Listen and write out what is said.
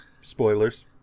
Spoilers